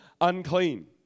unclean